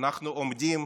אנחנו עומדים